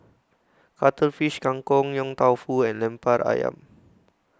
Cuttlefish Kang Kong Yong Tau Foo and Lemper Ayam